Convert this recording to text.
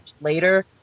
later